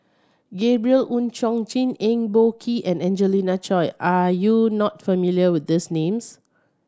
Gabriel Oon Chong Jin Eng Boh Kee and Angelina Choy are you not familiar with these names